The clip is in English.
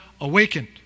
awakened